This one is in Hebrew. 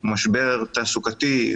הוא משבר תעסוקתי,